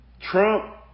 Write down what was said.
trump